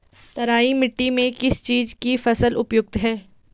तराई मिट्टी में किस चीज़ की फसल उपयुक्त है?